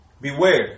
Beware